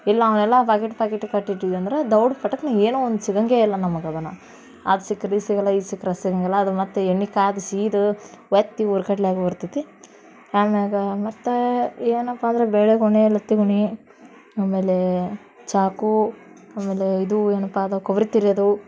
ಇಲ್ಲ ಅವನ್ನೆಲ್ಲ packet packet ಕಟ್ಟಿಟ್ವಿ ಅಂದ್ರೆ ದೌಡ್ ಪಟಕ್ಕನೆ ಏನೋ ಒಂದು ಸಿಗೋಂಗೇ ಇಲ್ಲ ನಮ್ಗೆ ಅದನ್ನು ಅದು ಸಿಕ್ಕರೆ ಇದು ಸಿಗೋಲ್ಲ ಇದು ಸಿಕ್ರೆ ಅದು ಸಿಗೋಂಗಿಲ್ಲ ಅದು ಮತ್ತೆ ಎಣ್ಣೆ ಕಾದು ಸೀದು ಹೊತ್ತಿ ಹುರ್ಗಡ್ಲ್ ಆಗೋಗಿರ್ತತಿ ಆಮ್ಯಾಲ ಮತ್ತೆ ಏನಪ್ಪ ಅಂದ್ರೆ ಬೆಳ್ಳೆಗೊನೆ ಲತ್ತಿಗುಣಿ ಆಮೇಲೆ ಚಾಕು ಆಮೇಲೆ ಇದು ಏನಪ್ಪ ಅದು ಕೊಬ್ಬರಿ ತುರ್ಯೋದು